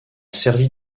servi